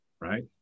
right